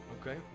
Okay